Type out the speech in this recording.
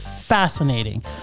fascinating